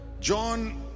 john